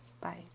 Bye